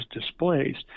displaced